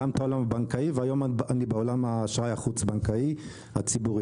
גם את העולם הבנקאי והיום אני בעולם האשראי החוץ בנקאי הציבורי.